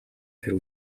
дээр